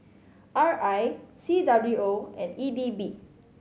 R I C W O and E D B